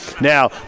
Now